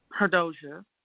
Herdoja